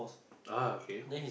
ah okay